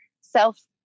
self